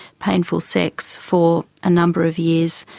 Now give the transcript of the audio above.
painful sex for a number of years.